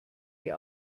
die